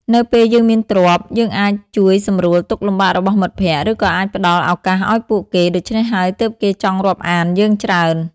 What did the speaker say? នៅពេលយើងមានទ្រព្យ យើងអាចជួយសម្រាលទុក្ខលំបាករបស់មិត្តភក្តិ ឬក៏អាចផ្តល់ឱកាសឱ្យពួកគេ ដូច្នេះហើយទើបគេចង់រាប់អានយើងច្រើន។